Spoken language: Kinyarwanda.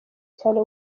cyane